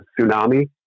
tsunami